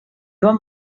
van